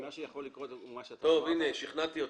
שכנעתי אותם,